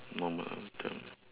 normal item